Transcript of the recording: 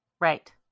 Right